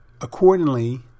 accordingly